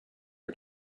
our